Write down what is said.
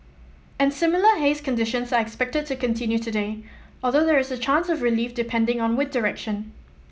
and similar haze conditions are expected to continue today although there is a chance of relief depending on wind direction